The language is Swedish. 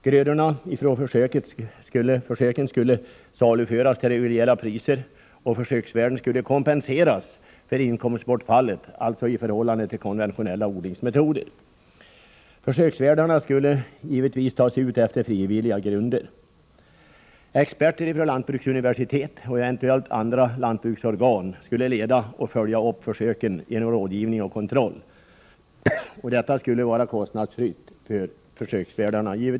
Grödorna från försöket skulle saluföras till reguljära priser, och försöksvärden skulle kompenseras för inkomstbortfallet, dvs. i förhållande till konventionella odlingsmetoder. Försöksvärdarna skulle givetvis tas ut efter frivilliga grunder. Experter från lantbruksuniversitetet och eventuellt andra lantbruksorgan skulle leda och följa upp försöken genom rådgivning och kontroll. Detta skulle givetvis vara kostnadsfritt för försöksvärdarna.